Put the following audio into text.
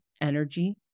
energy